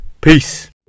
Peace